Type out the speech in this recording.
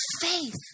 faith